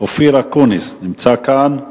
אופיר אקוניס, נמצא כאן,